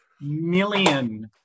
million